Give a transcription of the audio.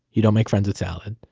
you don't make friends with salad.